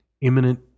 imminent